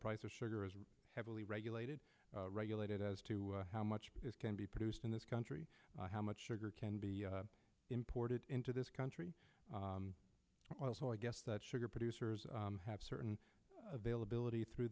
price of sugar is heavily regulated regulated as to how much can be produced in this country how much sugar can be imported into this country well so i guess that sugar producers have certain availability through